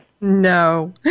No